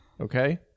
Okay